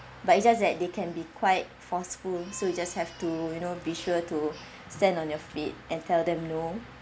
but it's just that they can be quite forceful so you just have to you know be sure to stand on your feet and tell them no